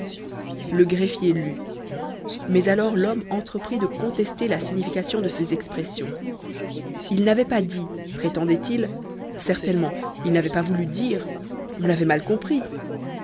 le greffier lut mais alors l'homme entreprit de contester la signification de ses expressions il n'avait pas dit prétendait-il certainement il n'avait pas voulu dire on l'avait mal compris